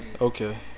okay